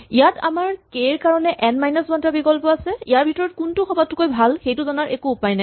ইয়াত আমাৰ কে ৰ কাৰণে এন মাইনাচ ৱান টা বিকল্প আছে ইয়াৰ ভিতৰত কোনটো সবাতোকৈ ভাল সেইটো জনাৰ একো উপায় নাই